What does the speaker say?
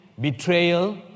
betrayal